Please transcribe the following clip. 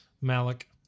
Malik